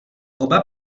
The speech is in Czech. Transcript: oba